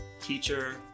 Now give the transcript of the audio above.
teacher